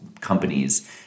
companies